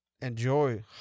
enjoy